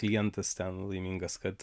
klientas ten laimingas kad